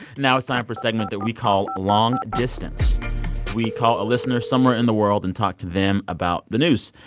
now it's time for a segment that we call long distance we call a listener somewhere in the world and talk to them about the news.